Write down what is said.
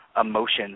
Emotions